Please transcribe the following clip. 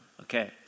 Okay